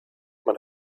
man